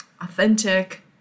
authentic